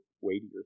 weightier